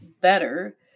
better